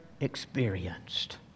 experienced